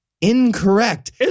incorrect